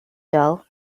doll